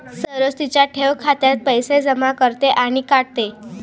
सरोज तिच्या ठेव खात्यात पैसे जमा करते आणि काढते